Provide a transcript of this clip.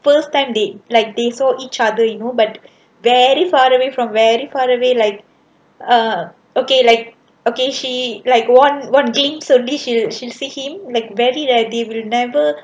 first time they like they saw each other you know but very far away from very far away like uh okay like okay she like one one end probably she see him like very that they will never